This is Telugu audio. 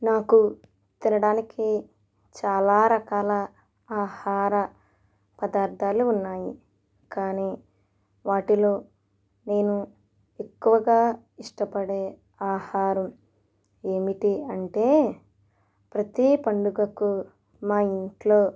నాకు తినడానికి చాలా రకాల ఆహార పదార్ధాలు ఉన్నాయి కానీ వాటిలో నేను ఎక్కువగా ఇష్టపడే ఆహారం ఏంటంటే ప్రతి పండుగకు మా ఇంట్లో